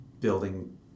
building